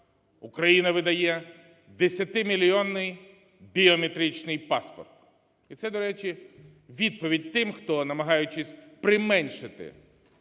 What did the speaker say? Україна видає десятимільйонний біометричний паспорт. І це, до речі, відповідь тим, хто, намагаючись применшити